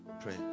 Pray